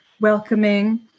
welcoming